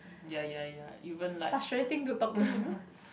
ya ya ya even like